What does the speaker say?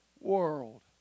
world